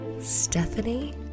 Stephanie